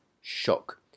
shock